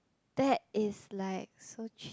that is like so cheap